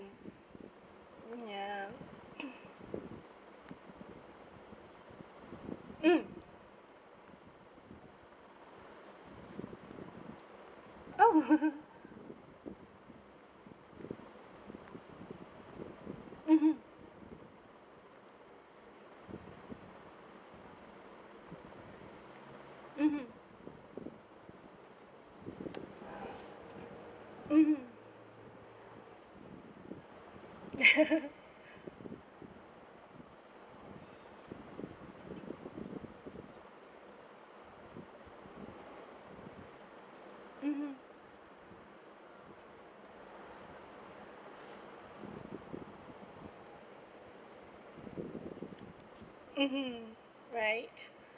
ya mm oh mmhmm mmhmm mmhmm mmhmm mmhmm right